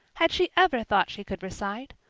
had she ever thought she could recite?